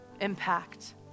impact